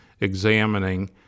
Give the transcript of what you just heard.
examining